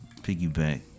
piggyback